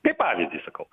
kaip pavyzdį sakau